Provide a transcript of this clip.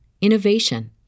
innovation